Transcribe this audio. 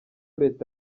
leta